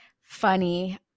funny